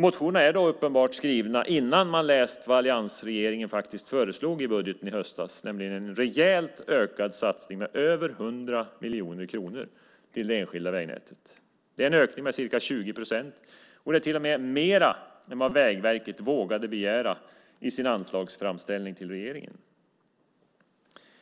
Motionerna är uppenbart skrivna innan man hade läst vad alliansregeringen faktiskt föreslog i budgeten i höstas, nämligen en rejält ökad satsning med över 100 miljoner kronor till det enskilda vägnätet. Det är en ökning med ca 20 procent. Det är till och med mer än vad Vägverket vågade begära i sin anslagsframställning till regeringen.